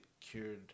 cured